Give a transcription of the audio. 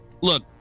Look